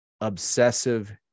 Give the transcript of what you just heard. obsessive